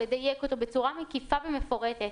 לדייק אותו בצורה מקיפה ומפורטת.